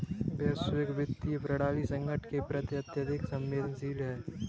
वैश्विक वित्तीय प्रणाली संकट के प्रति अत्यधिक संवेदनशील है